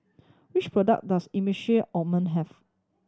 which product does Emulsying Ointment have